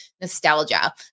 Nostalgia